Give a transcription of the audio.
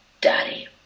Daddy